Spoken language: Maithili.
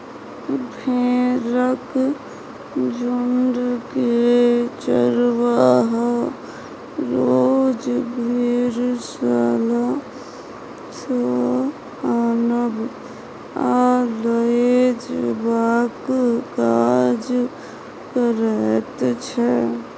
भेंड़क झुण्डकेँ चरवाहा रोज भेड़शाला सँ आनब आ लए जेबाक काज करैत छै